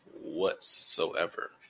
whatsoever